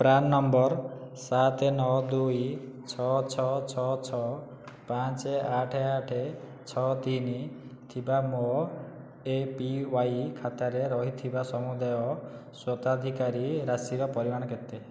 PRAN ନମ୍ବର ସାତେ ନଅ ଦୁଇ ଛଅ ଛଅ ଛଅ ଛଅ ପାଞ୍ଚେ ଆଠେ ଆଠେ ଛଅ ତିନି ଥିବା ମୋ ଏ ପି ୱାଇ ଖାତାରେ ରହିଥିବା ସମୁଦାୟ ସ୍ୱତ୍ୱାଧିକାରୀ ରାଶିର ପରିମାଣ କେତେ